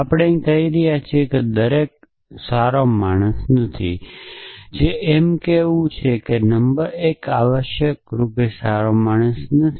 આપણે કહી રહ્યા છીએ કે દરેક સારો માણસ નથી જે એમ કહેવા જેવું છે કે નંબર 1 આવશ્યકરૂપે સારો માણસ નથી